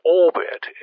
orbit